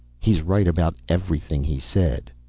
he's right about everything he said.